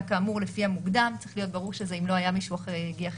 כאמור לפי המוקדם - צריך להיות ברור שזה אם לא היה מישהו שהגיע חיובי.